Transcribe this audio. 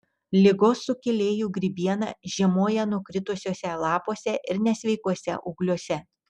ligos sukėlėjų grybiena žiemoja nukritusiuose lapuose ir nesveikuose ūgliuose